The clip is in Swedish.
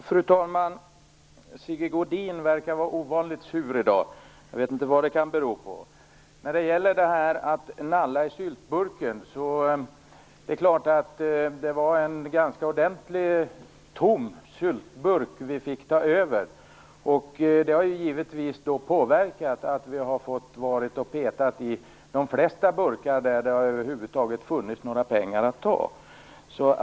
Fru talman! Sigge Godin verkar vara ovanligt sur i dag. Jag vet inte vad det kan bero på. När det gäller detta med att nalla i syltburken måste jag säga att det var en ordentligt tom syltburk som vi fick ta över. Det har givetvis påverkat. Vi har därför fått peta i de flesta burkar där det över huvud taget funnits några pengar att ta av.